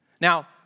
Now